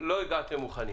(הגבלת פעילות בתחום התחבורה)